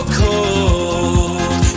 cold